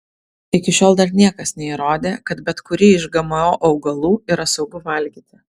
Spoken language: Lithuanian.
iki šiol dar niekas neįrodė kad bet kurį iš gmo augalų yra saugu valgyti